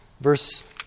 Verse